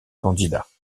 candidat